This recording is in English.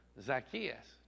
Zacchaeus